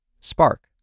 Spark